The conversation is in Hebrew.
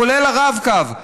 כולל הרב-קו,